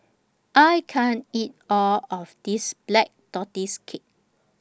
I can't eat All of This Black Tortoise Cake